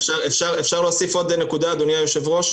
אפשר להוסיף עוד נקודה, אדוני היושב ראש?